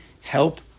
help